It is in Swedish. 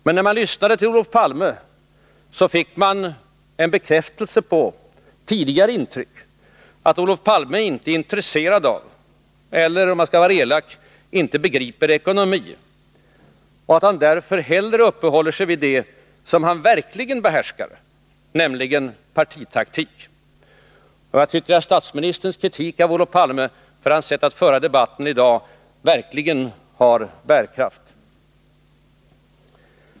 Men när man lyssnade på Olof Palme, fick man en bekräftelse på tidigare intryck av att Olof Palme inte är intresserad av eller — om man skall vara elak — inte begriper ekonomi och att han därför hellre uppehåller sig vid det som han verkligen behärskar, nämligen partitaktik. Jag tycker att statsministerns kritik av Olof Palmes sätt att föra debatten i dag verkligen har bärkraft.